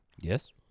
Yes